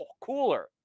cooler